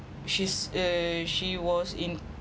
she's uh she was in